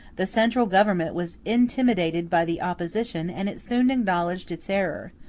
the central government was intimidated by the opposition and it soon acknowledged its error,